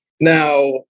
Now